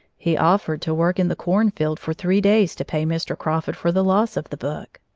he offered to work in the cornfield for three days to pay mr. crawford for the loss of the book.